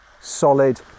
solid